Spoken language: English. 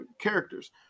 characters